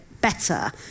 better